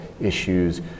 issues